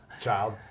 child